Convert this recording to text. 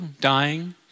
Dying